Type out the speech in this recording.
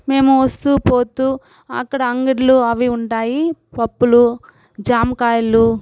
మేము వస్తూ పోతూ అక్కడ అంగడ్లు అవి ఉంటాయి పప్పులు జామకాయలు